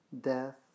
death